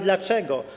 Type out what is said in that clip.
Dlaczego?